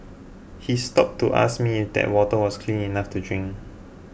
he stopped to ask me if that water was clean enough to drink